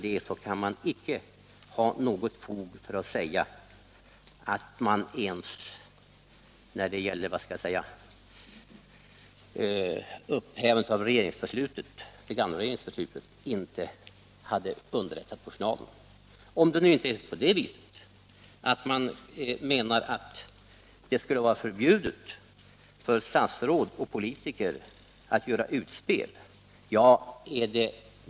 Därmed har man inget fog för påståendet att personalen inte hade underrättats om upphävandet av den gamla regeringens beslut — om man nu inte menar att det skulle vara förbjudet för statsråd och andra politiker att göra utspel.